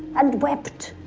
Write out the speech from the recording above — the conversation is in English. and wept,